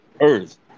earth